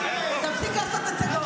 אני מבקש סדר,